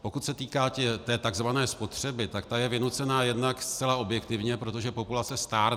Pokud se týká té tzv. spotřeby, tak ta je vynucená jednak zcela objektivně, protože populace stárne.